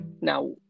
Now